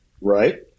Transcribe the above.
right